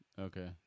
Okay